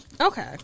Okay